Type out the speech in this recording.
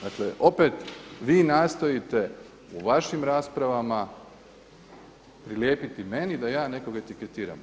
Dakle, opet vi nastojite u vašim raspravama prilijepiti meni da ja nekog etiketiram.